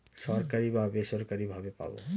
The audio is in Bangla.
সরকারি বা বেসরকারি ভাবে পাবো